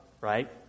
Right